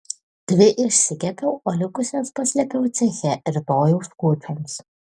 dvi išsikepiau o likusias paslėpiau ceche rytojaus kūčioms